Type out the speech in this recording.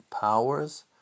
powers